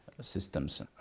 systems